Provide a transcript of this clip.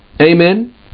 Amen